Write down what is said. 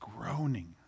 groaning